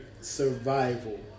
survival